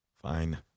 Fine